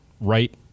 right